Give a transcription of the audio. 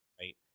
Right